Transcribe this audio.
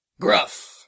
gruff